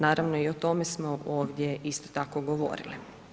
Naravno i o tome smo ovdje isto tako govorili.